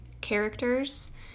characters